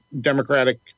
Democratic